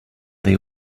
they